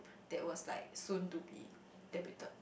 there was like soon to be debuted